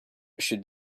should